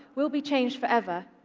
will be changed forever.